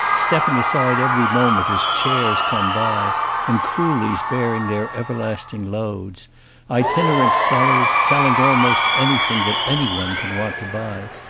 stepping aside every moment as chairs come by and coolies bearing their everlasting loads itinerant sellers, selling almost anything that any one can want to buy,